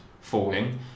falling